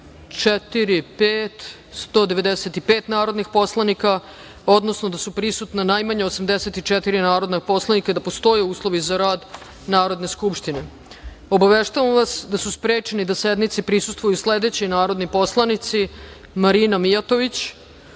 195 narodnih poslanika, odnosno da su prisutna najmanje 84 narodna poslanika i da postoje uslovi za rad Narodne skupštine. Obaveštavam vas da su sprečeni da sednici prisustvuje sledeći narodni poslanici: Marina Mijatović,